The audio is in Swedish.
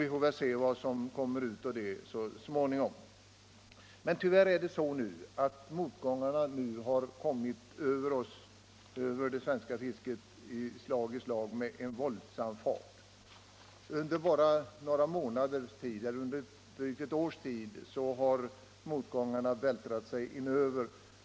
Vi får se resultatet av det arbetet så småningom. Men tyvärr har motgångarna under det senaste året våldsamt dråbbat det svenska fisket slag i slag.